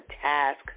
task